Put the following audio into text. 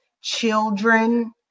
children